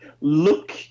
look